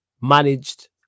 managed